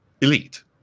Elite